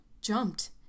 jumped